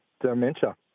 dementia